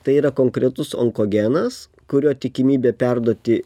tai yra konkretus onkogenas kurio tikimybė perduoti